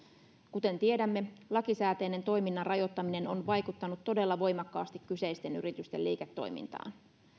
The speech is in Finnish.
kuten tiedämme lakisääteinen toiminnan rajoittaminen on vaikuttanut todella voimakkaasti kyseisten yritysten liiketoimintaan